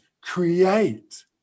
create